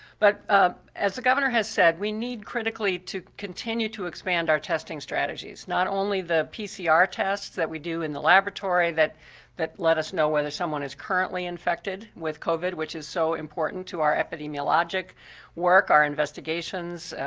but as the governor has said, we need critically to continue to expand our testing strategies, not only the pcr tests that we do in the laboratory that that let us know whether someone is currently infected with covid, which is so important to our epidemiologic work, our investigations,